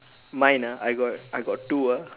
mine ah I got I got two ah